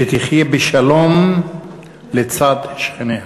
שתחיה בשלום לצד שכניה.